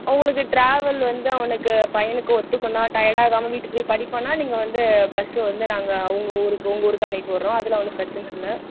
அவங்களுக்கு ட்ராவல் வந்து அவனுக்கு பையனுக்கு ஒத்துக்குன்னா டயர்டாகாமல் வீட்டுக்கு போய் படிப்பான்னா நீங்கள் வந்து பஸ் வந்து நாங்கள் அவங்க ஊருக்கு உங்கள் ஊருக்கு அனுப்பிவிட்றோம் அதல்லாம் ஒன்றும் பிரச்சனை இல்லை